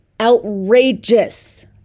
outrageous